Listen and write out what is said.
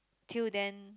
till then